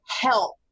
help